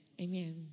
Amen